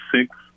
six